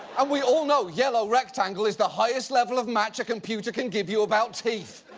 and we all know yellow rectangle is the highest level of match a computer can give you about teeth.